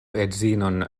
edzinon